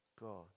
God